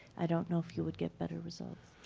i don't know if you would get better results.